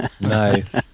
nice